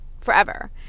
forever